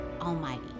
Almighty